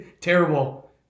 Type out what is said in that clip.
Terrible